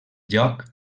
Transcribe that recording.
joc